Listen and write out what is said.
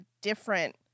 different